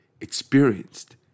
experienced